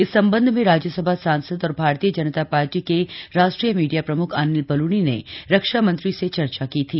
इस संबंध में राज्यसभा सांसद और भारतीय जनता पार्टी के राष्ट्रीय मीडिया प्रम्ख अनिल बलूनी ने रक्षा मंत्री से चर्चा की थी